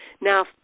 Now